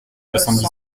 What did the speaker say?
dix